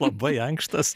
labai ankštas